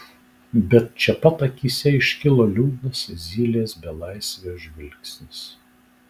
bet čia pat akyse iškilo liūdnas zylės belaisvio žvilgsnis